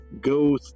go